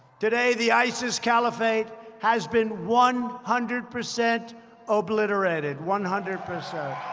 today, the isis caliphate has been one hundred percent obliterated. one hundred percent.